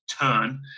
turn